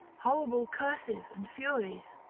horrible curses and furies?